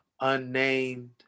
unnamed